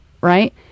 right